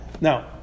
now